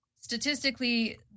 Statistically